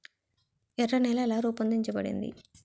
ఎర్ర నేల ఎలా రూపొందించబడింది?